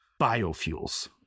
biofuels